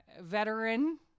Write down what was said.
veteran